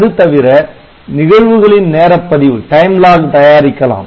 அது தவிர நிகழ்வுகளின் நேரப் பதிவு தயாரிக்கலாம்